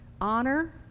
Honor